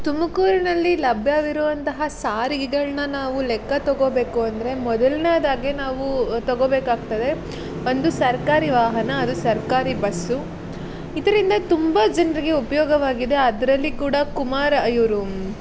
ತುಮಕೂರಿನಲ್ಲಿ ಲಭ್ಯವಿರುವಂತಹ ಸಾರಿಗೆಗಳ್ನ ನಾವು ಲೆಕ್ಕ ತೊಗೋಬೇಕು ಅಂದರೆ ಮೊದಲ್ನೇದಾಗಿ ನಾವು ತೊಗೋಬೇಕಾಗ್ತದೆ ಒಂದು ಸರ್ಕಾರಿ ವಾಹನ ಅದು ಸರ್ಕಾರಿ ಬಸ್ಸು ಇದರಿಂದ ತುಂಬ ಜನರಿಗೆ ಉಪಯೋಗವಾಗಿದೆ ಅದರಲ್ಲಿ ಕೂಡ ಕುಮಾರ ಇವರು